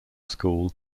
school